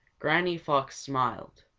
granny fox smiled.